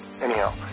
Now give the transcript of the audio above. anyhow